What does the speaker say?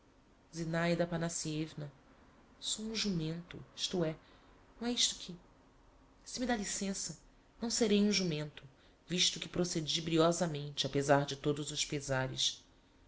aphanassievna sou um jumento isto é não é isto que se me dá licença não serei um jumento visto que procedi briozamente apezar de todos os pezares